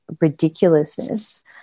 ridiculousness